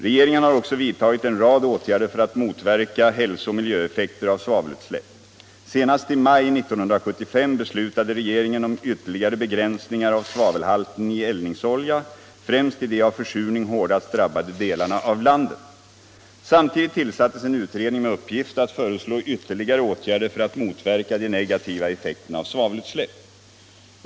Regeringen har också vidtagit en rad åtgärder för att motverka hälsooch miljöeffekter av svavelutsläpp. Senast i maj 1975 beslutade regeringen om ytterligare begränsningar av svavelhalten i eldningsolja främst i de av försurning hårdast drabbade delarna av landet. Samtidigt tillsattes en utredning med uppgift att föreslå ytterligare åtgärder för att motverka de negativa effekterna av svavelutsläpp.